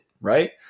right